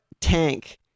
tank